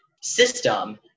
system